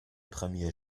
premiers